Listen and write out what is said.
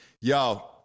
yo